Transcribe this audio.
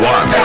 One